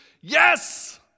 yes